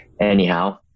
anyhow